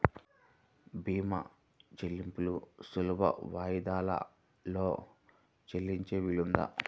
భీమా చెల్లింపులు సులభ వాయిదాలలో చెల్లించే వీలుందా?